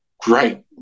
great